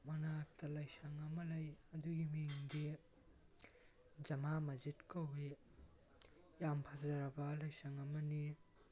ꯃꯅꯥꯛꯇ ꯂꯥꯏꯁꯪ ꯑꯃ ꯂꯩ ꯑꯗꯨꯒꯤ ꯃꯤꯡꯗꯤ ꯖꯃꯥꯃꯖꯤꯠ ꯀꯧꯏ ꯌꯥꯝ ꯐꯖꯔꯕ ꯂꯥꯏꯁꯪ ꯑꯃꯅꯤ